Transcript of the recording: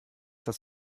das